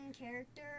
character